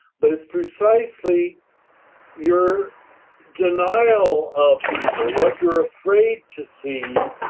but it's precisely your denial of evil, what you're afraid to see,